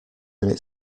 minute